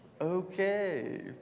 Okay